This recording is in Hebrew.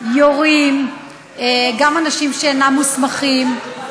יורים גם אנשים שאינם מוסמכים,